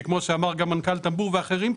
כי כמו שאמר גם מנכ"ל טמבור ואחרים פה,